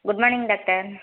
good morning doctor